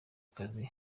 akazi